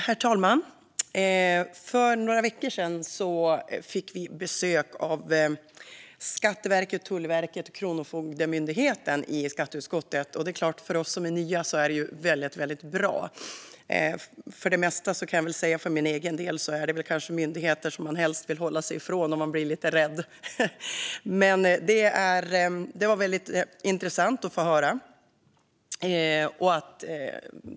Herr talman! För några veckor sedan fick vi i skatteutskottet besök av Skatteverket, Tullverket och Kronofogdemyndigheten. För oss som är nya var det väldigt bra. För min egen del är dessa kanske myndigheter som man helst vill hålla sig ifrån och är lite rädd för, men det var väldigt intressant att få höra vad de sa.